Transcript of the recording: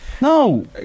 No